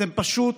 אתם פשוט